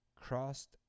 crossed